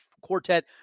quartet